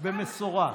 בניחותא.